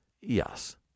Yes